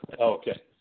Okay